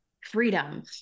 freedom